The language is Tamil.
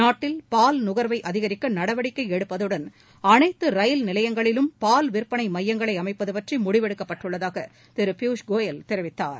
நாட்டில் பால் நுகர்வை அதிகரிக்க நடவடிக்கை எடுப்பதுடன் அனைத்து ரயில் நிலையங்களிலும் பால் விற்பனை மையங்களை அமைப்பது பற்றி முடிவெடுக்கப்பட்டுள்ளதாக திரு பியூஷ் கோயல் தெரிவித்தார்